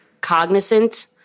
cognizant